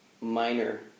minor